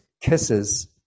kisses